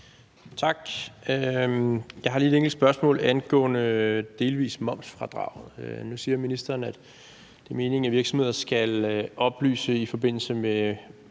Tak. Jeg har lige et enkelt spørgsmål angående delvis momsfradrag. Nu siger ministeren, at det er meningen, at virksomheder skal oplyse i forbindelse med